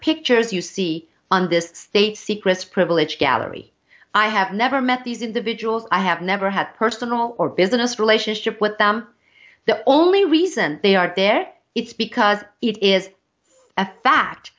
pictures you see on this state secrets privilege gallery i have never met these individuals i have never had personal or business relationship with them the only reason they are there it's because it is a fact